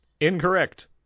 Incorrect